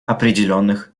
определенных